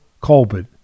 Colbert